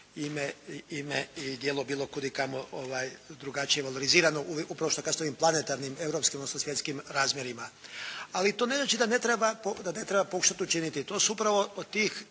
ime i djelo bilo kudikamo drugačije valorizirano upravo kao što … /Govornik se ne razumije./ … planetarnim europskim, odnosno svjetskim razmjerima. Ali to ne znači da ne treba pokušati učiniti, to su upravo od tih